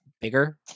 bigger